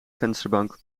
vensterbank